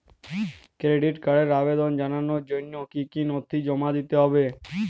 Credit কার্ডের আবেদন জানানোর জন্য কী কী নথি জমা দিতে হবে?